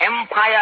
Empire